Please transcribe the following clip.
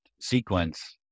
sequence